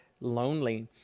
lonely